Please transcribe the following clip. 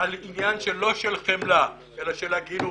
על עניין לא של חמלה אלא של הגינות,